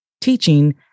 teaching